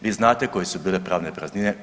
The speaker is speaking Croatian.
Vi znate koje su bile pravne praznine.